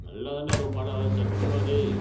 நல்லாதான்டா இருக்கும் படம் சத்தியமாக டேய்